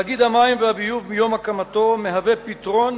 תאגיד המים והביוב מיום הקמתו מהווה פתרון